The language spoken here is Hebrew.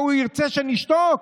והוא ירצה שנשתוק.